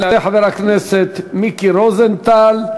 יעלה חבר הכנסת מיקי רוזנטל,